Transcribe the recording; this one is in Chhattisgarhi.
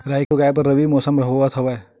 राई के उगाए बर रबी मौसम होवत हवय?